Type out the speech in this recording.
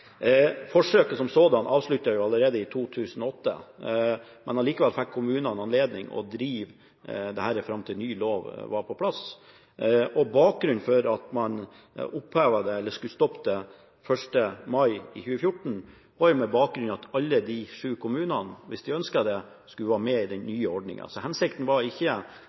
Forsøket som sådant ble avsluttet allerede i 2008, men kommunene fikk allikevel anledning til å drive med dette fram til ny lov var på plass. Bakgrunnen for at man opphevet det eller skulle stoppe det 1. mai i 2014, var at alle de sju opprinnelige kommunene – hvis de ønsket det – skulle få være med i den nye ordningen. Hensikten var ikke